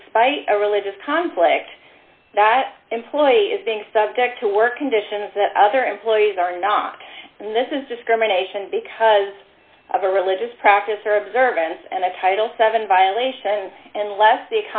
despite a religious conflict that employee is being subject to work conditions that other employees are not and this is just criminalization because of a religious practice or observance and a title seven violation and less the